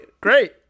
Great